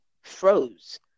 froze